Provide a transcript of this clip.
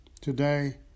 today